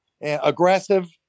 aggressive